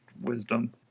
Wisdom